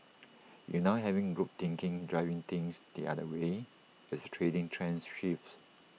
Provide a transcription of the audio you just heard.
you now have group think driving things the other way as the trading trends shifts